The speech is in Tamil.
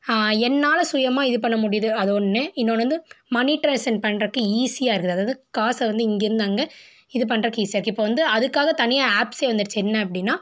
என்னால் சுயமாக இது பண்ண முடியுது அது ஒன்று இன்னொன்று வந்து மணி டிரேஷன் பண்ணுறக்கு ஈஸியாக இருக்குது அதாவது காசை வந்து இங்கேருந்து அங்கே இது பண்ணுறக்கு ஈஸியாக இருக்குது இப்போது வந்து அதுக்காக தனியாக ஆப்ஸே வந்திடுச்சு என்ன அப்படின்னா